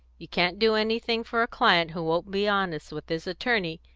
you can't do anything for a client who won't be honest with his attorney.